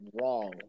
wrong